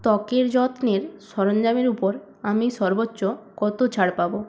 ত্বকের যত্নের সরঞ্জামের উপর আমি সর্বোচ্চ কত ছাড় পাবো